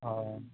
ओह